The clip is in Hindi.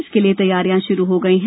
इसके लिए तैयारियां शुरू हो गई हैं